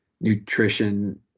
nutrition